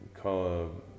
call